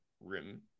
rim